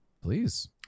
please